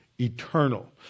eternal